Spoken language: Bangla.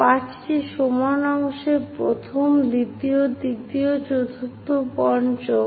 5 টি সমান অংশ প্রথম দ্বিতীয় তৃতীয় চতুর্থ পঞ্চম